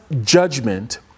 judgment